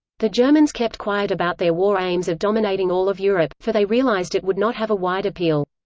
the germans kept quiet about their war aims of dominating all of europe, for they realized it would not have a wide appeal.